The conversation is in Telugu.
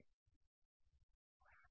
షుర్